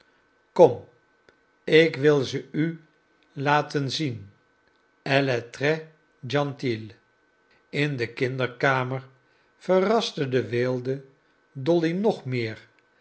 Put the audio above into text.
kom ik wil ze u laten zien elle est trés gentille in de kinderkamer verraste de weelde dolly nog meer